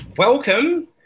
Welcome